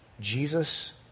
Jesus